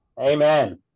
amen